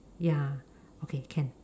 ya okay can